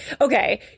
okay